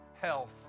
health